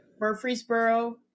Murfreesboro